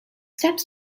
steps